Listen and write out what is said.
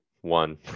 One